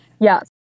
Yes